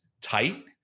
tight